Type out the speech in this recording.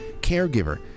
caregiver